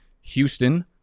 Houston